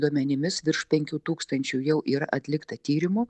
duomenimis virš penkių tūkstančių jau yra atlikta tyrimų